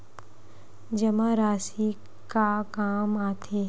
जमा राशि का काम आथे?